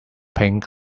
pink